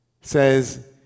says